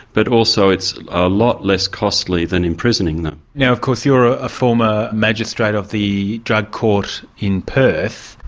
but also it's a lot less costly than imprisoning them. now of course you're a former magistrate of the drug court in perth.